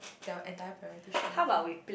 their entire variety show